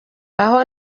aho